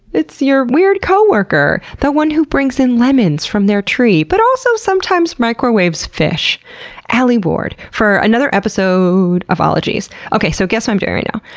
it's your weird co-worker, the one who brings in lemons from their tree but also sometimes microwaves fish alie ward for another episode of ologies. okay, so guess what i'm doing right now?